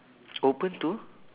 open to